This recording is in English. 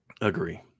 Agree